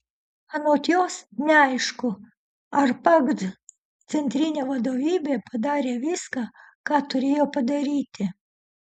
anot jos neaišku ar pagd centrinė vadovybė padarė viską ką turėjo padaryti